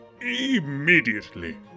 immediately